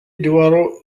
doit